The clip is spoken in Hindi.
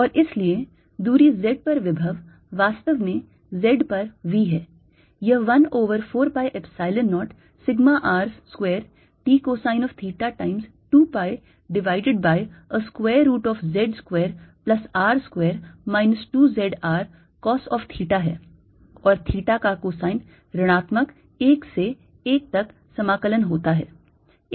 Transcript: और इसलिए दूरी z पर विभव वास्तव में z पर V है यह 1 over 4 pi Epsilon 0 sigma R square d cosine of theta times 2 pi divided by a square root of z square plus R square minus 2 z R cos of theta है और theta का cosine ऋणात्मक 1 से 1 तक समाकलन होता है